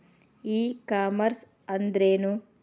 E commerce ಅಂದ್ರೇನು?